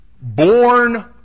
born